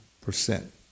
percent